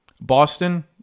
Boston